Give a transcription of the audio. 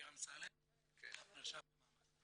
אני